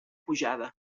pujada